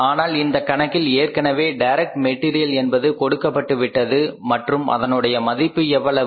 ஆனால் இந்த கணக்கில் ஏற்கனவே டைரக்ட் மெட்டீரியல் என்பது கொடுக்கப்பட்டுவிட்டது மற்றும் அதனுடைய மதிப்பு எவ்வளவு